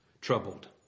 Troubled